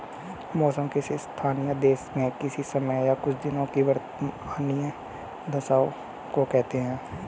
मौसम किसी स्थान या देश में किसी समय या कुछ दिनों की वातावार्नीय दशाओं को कहते हैं